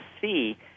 see